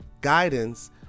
guidance